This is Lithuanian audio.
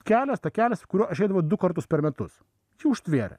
kelias takelis kuriuo aš eidavau du kartus per metus čia užtvėrė